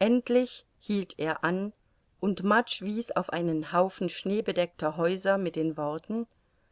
endlich hielt er an und mudge wies auf einen haufen schneebedeckter häuser mit den worten